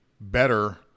better